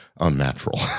unnatural